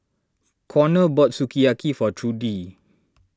Konnor bought Sukiyaki for Trudi